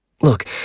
Look